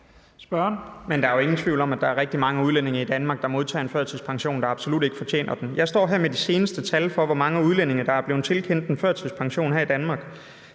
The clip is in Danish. Der er jo ingen tvivl om, at der er rigtig mange udlændinge, der modtager en førtidspension, og som absolut ikke fortjener den. Jeg står her med de seneste tal for, hvor mange udlændinge der er blevet tilkendt en førtidspension her i Danmark.